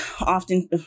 often